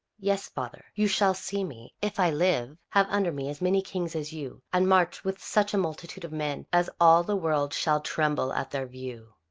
yes, father you shall see me, if i live, have under me as many kings as you, and march with such a multitude of men as all the world shall tremble at their view.